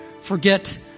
Forget